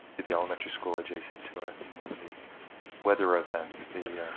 the the elementary school adjacent to it in one of the weather events, the